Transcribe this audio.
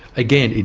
again,